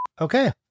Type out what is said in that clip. Okay